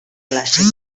clàssica